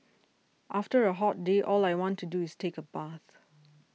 after a hot day all I want to do is take a bath